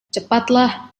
cepatlah